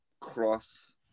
Cross